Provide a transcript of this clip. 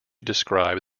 describe